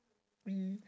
mmhmm